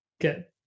get